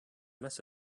mess